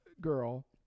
girl